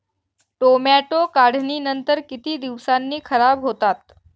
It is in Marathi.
टोमॅटो काढणीनंतर किती दिवसांनी खराब होतात?